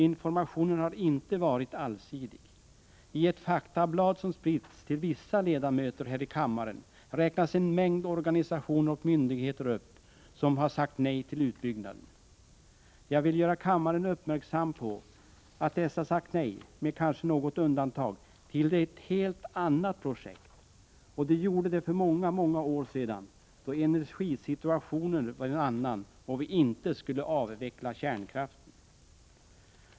Informationen har inte varit allsidig. I ett faktablad som spritts till vissa ledamöter här i kammaren uppräknas en mängd organisationer och myndigheter som har sagt nej till utbyggnaden. Jag vill göra kammaren uppmärksam på att dessa, med kanske något undantag, sagt nej till ett helt annat projekt, och gjorde det för många år sedan, då energisituationen var en annan och vi inte skulle avveckla kärnkraften.